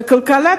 וכלכלת